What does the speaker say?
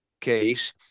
case